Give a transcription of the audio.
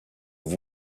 have